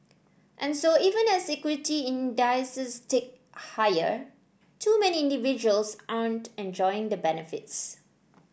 and so even as equity indices tick higher too many individuals aren't enjoying the benefits